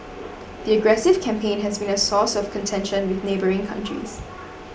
the aggressive campaign has been a source of contention with neighbouring countries